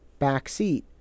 backseat